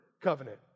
covenant